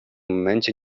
momencie